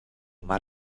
más